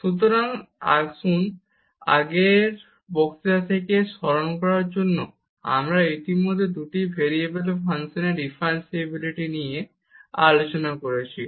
সুতরাং শুধু আগের বক্তৃতা থেকে স্মরণ করার জন্য আমরা ইতিমধ্যেই দুটি ভেরিয়েবলের ফাংশনের ডিফারেনশিবিলিটি নিয়ে আলোচনা করেছি